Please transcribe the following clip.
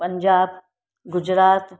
Punjab Gujarat